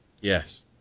Yes